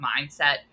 mindset